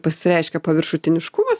pasireiškia paviršutiniškumas